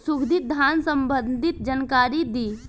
सुगंधित धान संबंधित जानकारी दी?